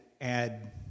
add